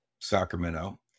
Sacramento